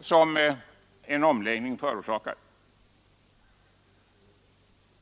som en omläggning förorsakar.